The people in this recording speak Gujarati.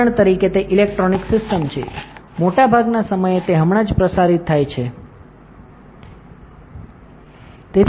ઉપકરણ તરીકે તે ઇલેક્ટ્રોનિક સિસ્ટમ છે મોટાભાગના સમયે તે હમણાં જ પ્રસારિત થાય છે યોગ્ય